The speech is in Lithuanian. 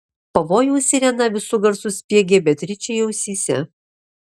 pavojaus sirena visu garsu spiegė beatričei ausyse